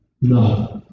No